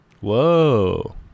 Whoa